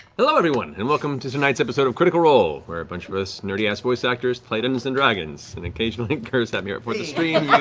hello, everyone! and welcome to tonight's episode of critical role, where a bunch of us nerdy-ass voice actors play dungeons and dragons, and occasionally curse at me before the stream.